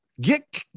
get